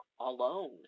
alone